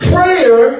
Prayer